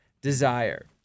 desire